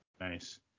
Nice